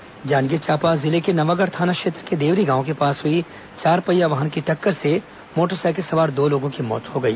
दुर्घटना जांजगीर चांपा जिले के नवागढ़ थाना क्षेत्र के देवरी गांव के पास चारपहिया वाहन की टक्कर से मोटरसाइकिल सवार दो लोगों की मौत हो गई